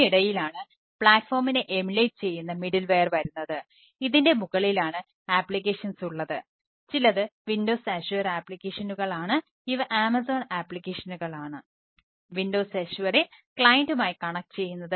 ഇതിനിടയിലാണു പ്ലാറ്റ്ഫോമിനെ ചെയ്യുന്നത്